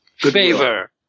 favor